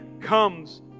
comes